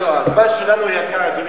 נכון, אז, אני קצת רצה.